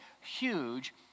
huge